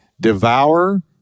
Devour